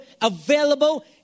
available